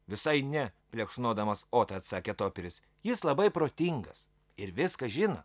visai ne plekšnodamas otą atsakė toperis jis labai protingas ir viską žino